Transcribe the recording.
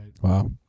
Wow